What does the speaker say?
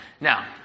Now